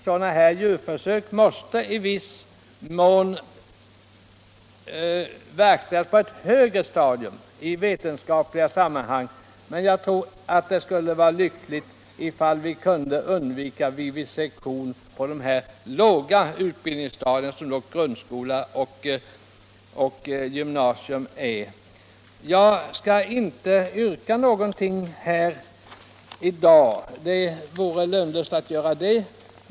Sådana djurförsök kan man möjligen hålla på med på ett högre stadium och i vetenskapliga sammanhang, men jag tror det vore lyckligt om man kunde undvika vivisektion på de låga undervisningsstadier som grundskola och gymnasium ju ändå är. Herr talman! Jag skall nu inte ställa något yrkande. Det vore lönlöst.